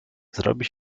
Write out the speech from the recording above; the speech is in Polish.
zrobi